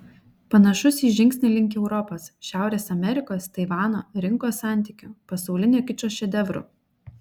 panašus į žingsnį link europos šiaurės amerikos taivano rinkos santykių pasaulinio kičo šedevrų